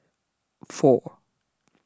four